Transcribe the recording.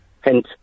Hence